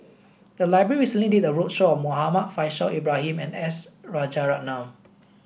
the library recently did a roadshow on Muhammad Faishal Ibrahim and S Rajaratnam